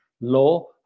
law